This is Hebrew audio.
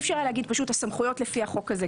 אי אפשר להגיד "הסמכויות לפי החוק הזה",